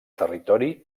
territori